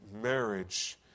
marriage